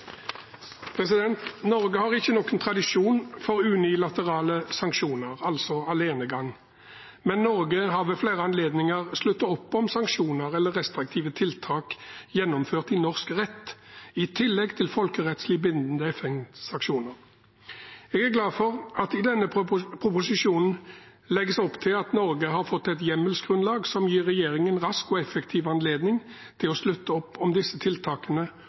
Norge har ingen tradisjon for unilaterale sanksjoner, altså alenegang, men Norge har ved flere anledninger sluttet opp om sanksjoner eller restriktive tiltak gjennomført i norsk rett, i tillegg til folkerettslig bindende FN-sanksjoner. Jeg er glad for at det i denne proposisjonen legges opp til at Norge har fått et hjemmelsgrunnlag som gir regjeringen rask og effektiv anledning til å slutte opp om disse tiltakene